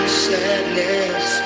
sadness